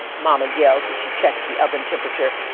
mama yells as she checks the oven temperature.